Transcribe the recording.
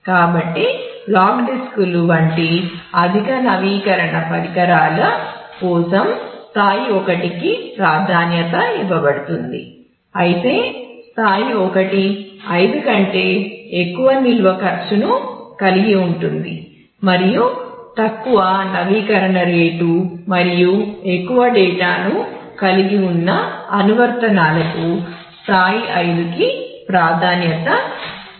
కాబట్టి RAID స్థాయి 1 RAID 5 కన్నా మంచి పనితీరును ఇస్తుంది